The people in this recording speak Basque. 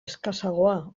eskasagoa